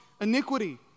iniquity